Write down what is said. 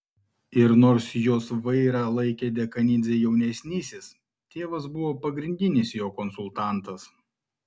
ir nors jos vairą laikė dekanidzė jaunesnysis tėvas buvo pagrindinis jo konsultantas